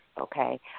okay